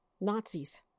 Nazis